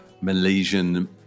Malaysian